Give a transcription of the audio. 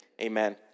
amen